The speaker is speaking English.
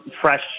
fresh